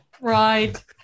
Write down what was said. Right